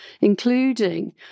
including